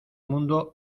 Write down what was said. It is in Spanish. mundo